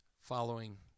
following